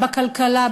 בכלכלה,